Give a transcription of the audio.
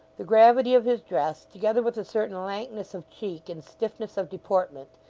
the gravity of his dress, together with a certain lankness of cheek and stiffness of deportment,